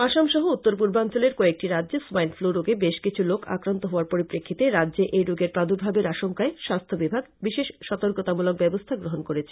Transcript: আসাম সহ উত্তর পূর্বাঞ্চলের কয়েকটি রাজ্যে সোয়াইন ফ্লু রোগে বেশ কিছু লোক আক্রান্ত হোয়ার পরিপ্রেক্ষতে রাজ্যে এই রোগের প্রাদূর্ভাবের আশংকায় স্বাস্থ্য বিভাগ বিশেষ সতর্কতামূলক ব্যবস্থা গ্রহন করেছে